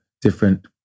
different